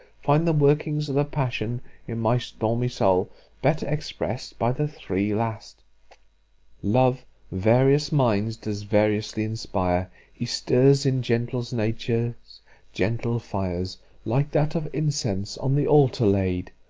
find the workings of the passion in my stormy soul better expressed by the three last love various minds does variously inspire he stirs in gentle natures gentle fires like that of incense on the alter laid.